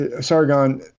sargon